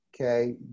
Okay